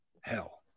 hell